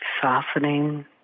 Softening